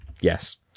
yes